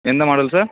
எந்த model sir